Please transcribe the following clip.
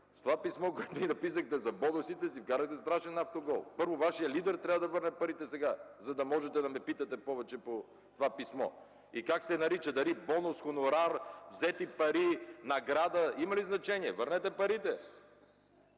С това писмо, което ни написахте за бонусите, си вкарахте страшен автогол. Първо, Вашият лидер трябва да върне парите сега, за да можете да ме питате повече по това писмо. А как се нарича – дали бонус, хонорар, взети пари, награда – има ли значение?! Върнете парите!